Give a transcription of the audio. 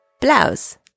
Blouse